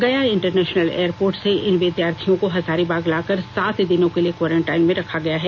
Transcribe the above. गया international airport से इन विद्यार्थियों को हजारीबाग लाकर सात दिनों के लिए क्वारेंटाइन में रखा गया है